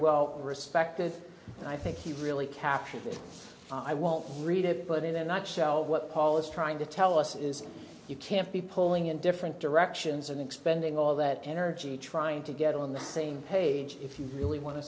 well respected and i think he really captured it i won't read it but in a nutshell what paul is trying to tell us is you can't be pulling in different directions and expending all that energy trying to get on the same page if you really wan